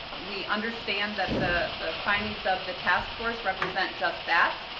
we understand that the the findings of the task force represent just that.